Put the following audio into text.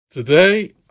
Today